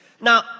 Now